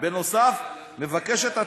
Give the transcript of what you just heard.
נוסף על כך,